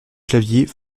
clavier